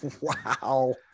wow